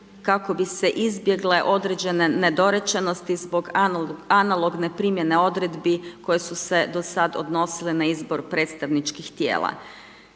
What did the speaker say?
kako bi se izbjegle određene nedorečenosti zbog analogne primjene odredbi koje su se do sad odnosile na izbor predstavničkih tijela.